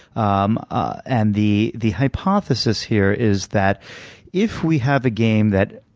um ah and the the hypothesis here is that if we have a game that,